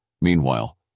Meanwhile